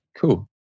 cool